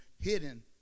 hidden